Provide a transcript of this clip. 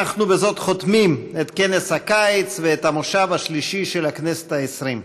אנחנו בזה חותמים את כנס הקיץ ואת המושב השלישי של הכנסת העשרים.